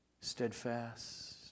steadfast